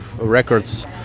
records